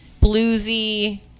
bluesy